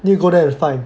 need to go there and find